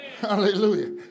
Hallelujah